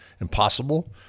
impossible